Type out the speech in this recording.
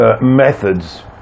methods